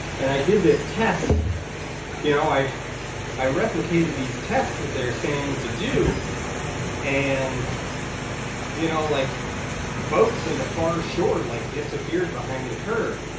and i did this test you know i i replicated these tests that they're saying to do and you know like boats and the far shore like disappeared behind the curve.